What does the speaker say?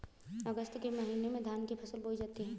अगस्त के महीने में धान की फसल बोई जाती हैं